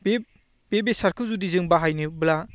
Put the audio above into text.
बे बेसादखौ जुदि जों बाहायनोब्ला